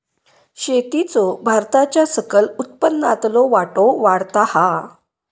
शेतीचो भारताच्या सकल उत्पन्नातलो वाटो वाढता हा